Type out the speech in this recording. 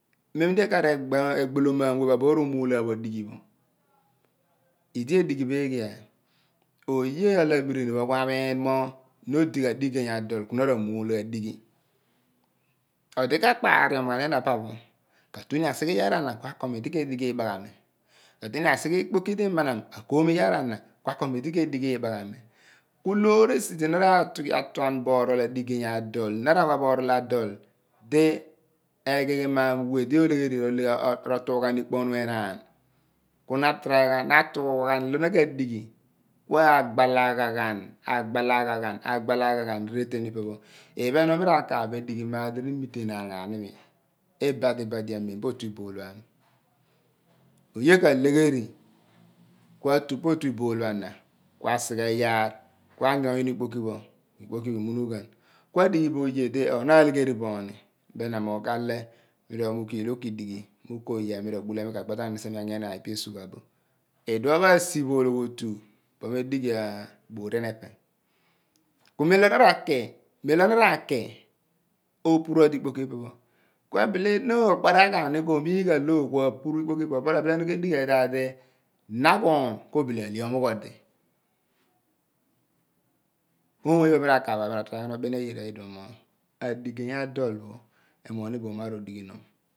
Mem d magholoman bue pho romual han bo dighi pho id dighibo eehi oye isien abiriniphopho kui miin mo pa odighan dighe adol kui muel dighi odikakpariom han gina siphepho katu sighe iyar eromudardi edighi imahami kadueni sighe ikpoki d manam akoom iyaar eromodardi commok ibahami ku looresi d na wa boni oral adige adol d eghii maam we d ro tuughahan ikpona phe enaan kuna atuugha id na kadighi kui gbalahahan retan phipepho for edighi iyaau d mi metinaan imi ibadi badi mem oye ka lehe ri kui tu pa otu ibool na kua sighe yaarakpe kui sugha kua dibo oye d na leheri mor kale mui keel uki sien me ratuni duo kasi bo oloho tuibe madi morian pe melona raki opuru odi ikpoki phipepho ku no gbalaha siphi opuru ebile kigh mudadi nahun ku ley omugh on di oomophiphen mi rakabo mi rawaghan obeni ayir ma dighi adol pho ekpari namian mi bemghan olobirini kui miin mo na odini dol odika kpariom in a dol phana katueni asighe ikpoki d manam kua kom iiyaar omiin d ke kom ibahami engno iyal ayina loor si d na tuan bo oral a dighe adol egihimam weh d luuha ikponu enaan kuna tuuha id naka gbalahahan phephe mi rakahabo mi mitenaan ibadi badi amem pa otu i bool phami asighe iyaar mokale mu kill uki useghe iyaar idion ka kibi po tha me dighi morian epe